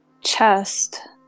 chest